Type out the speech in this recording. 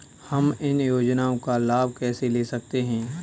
हम इन योजनाओं का लाभ कैसे ले सकते हैं?